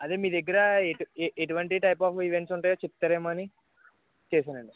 అదే మీ దగ్గర ఎట్ ఏటువంటి టైప్ ఆఫ్ ఈవెంట్స్ ఉంటాయో చెప్తారేమో అని చేసానండి